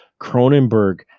Cronenberg